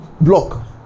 block